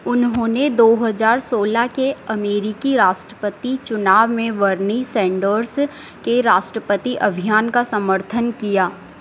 उन्होंने दो हज़ार सोलह के अमेरिकी राष्ट्रपति चुनाव में बर्नी सैन्डर्स के राष्ट्रपति अभियान का समर्थन किया